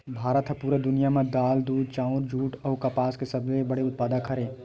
भारत हा पूरा दुनिया में दाल, दूध, चाउर, जुट अउ कपास के सबसे बड़े उत्पादक हरे